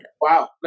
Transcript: Wow